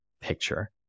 picture